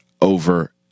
over